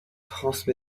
france